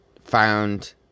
found